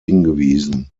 hingewiesen